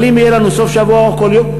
אבל אם יהיה לנו סוף שבוע ארוך כל יום,